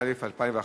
33) אושרה,